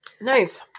Nice